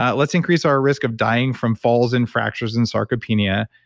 ah let's increase our risk of dying from falls and fractures and sarcopenia.